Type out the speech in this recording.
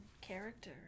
character